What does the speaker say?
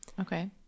Okay